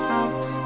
out